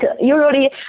usually